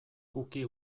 cookie